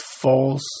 false